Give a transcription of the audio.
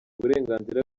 uburenganzira